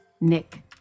Nick